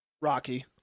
Rocky